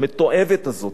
המתועבת הזאת,